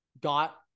got